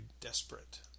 desperate